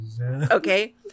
Okay